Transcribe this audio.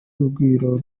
urugwiro